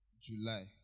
July